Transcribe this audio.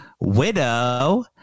widow